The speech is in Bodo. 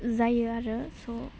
जायो आरो चह